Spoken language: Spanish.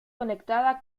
conectada